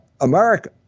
America